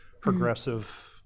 progressive